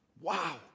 Wow